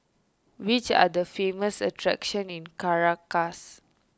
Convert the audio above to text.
which are the famous attractions in Caracas